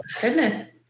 Goodness